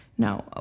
No